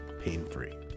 pain-free